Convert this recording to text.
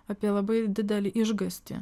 apie labai didelį išgąstį